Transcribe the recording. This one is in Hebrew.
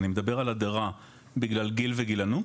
אני מדבר על הדרה בגלל גיל וגילנות,